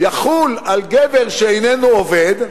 יחול על גבר שאיננו עובד,